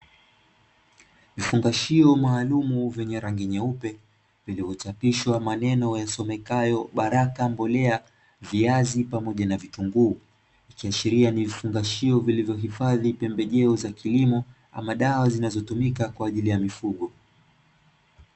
Vifungashio maalum vyenye rangi ya vilivyo chapishwa maneno yasomekayo bara wa baraka mbolea viazi pamoja na vitunguu, ikiashiria vifungashio vilivyo hifadhi pembejeo za kilimo ama dawa zinazotumika kwa ajili ya mifugo.